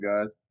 guys